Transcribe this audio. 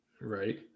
Right